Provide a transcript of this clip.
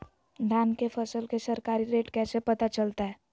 धान के फसल के सरकारी रेट कैसे पता चलताय?